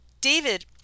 David